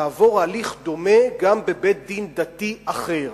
לעבור הליך דומה גם בבית-דין דתי אחר.